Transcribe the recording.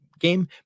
game